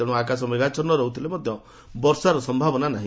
ତେଣୁ ଆକାଶ ମେଘାଛନ୍ ରହୁଥିଲେ ମଧ୍ଧ ବର୍ଷାର ସମ୍ଭାବନା ନାହି